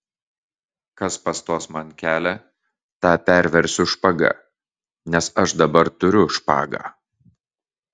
kas pastos man kelią tą perversiu špaga nes aš dabar turiu špagą